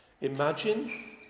Imagine